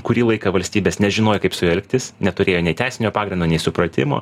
kurį laiką valstybės nežinojo kaip su juo elgtis neturėjo nei teisinio pagrindo nei supratimo